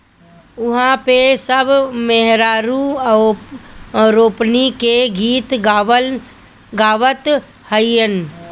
उहा पे सब मेहरारू रोपनी के गीत गावत हईन